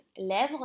lèvres